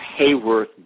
Hayworth